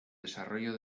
desarrollo